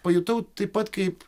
pajutau taip pat kaip